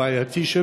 גם הבעייתי,